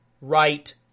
right